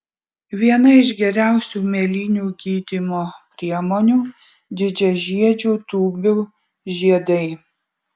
viena iš geriausių mėlynių gydymo priemonių didžiažiedžių tūbių žiedai